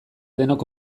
denok